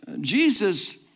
Jesus